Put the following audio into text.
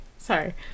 sorry